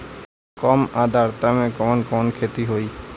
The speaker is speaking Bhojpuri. कम आद्रता में कवन कवन खेती होई?